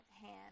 hand